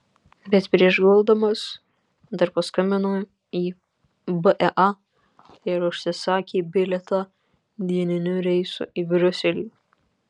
bet prieš guldamas dar paskambino į bea ir užsisakė bilietą dieniniu reisu į briuselį